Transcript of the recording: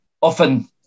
often